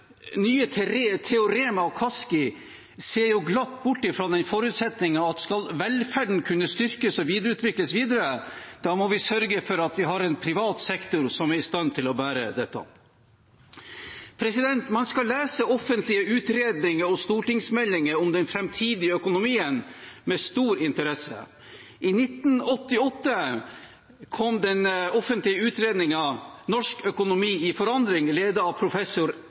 nye teorem av Kaski ser glatt bort fra den forutsetning at skal velferden kunne styrkes og videreutvikles, må vi sørge for at vi har en privat sektor som er i stand til å bære dette. Man skal lese offentlige utredninger og stortingsmeldinger om den framtidige økonomien med stor interesse. I 1988 kom den offentlige utredningen Norsk økonomi i forandring, ledet av professor